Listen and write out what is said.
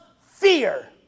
fear